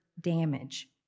damage